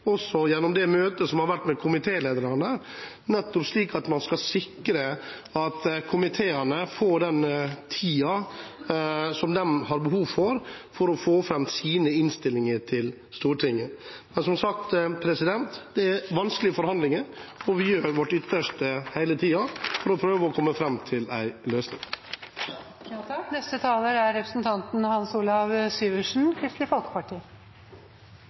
også i det møtet som har vært med komitélederne, slik at man skal sikre at komiteene får den tiden som de har behov for, for å få fram sine innstillinger til Stortinget. Men som sagt, det er vanskelige forhandlinger, og vi gjør vårt ytterste hele tiden for å prøve å komme fram til en løsning. Jeg er glad for at både representanten